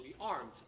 armed